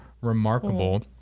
remarkable